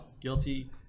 Guilty